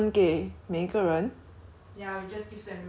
what's 手扶 called in english so I wanted to confirm